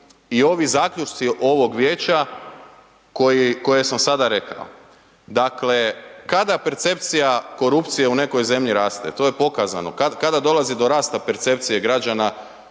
i ovi zaključci ovog vijeća koje sam sada rekao. Dakle, kada percepcija korupcije u nekoj zemlji raste, to je pokazano, kada dolazi do rasta percepcije građana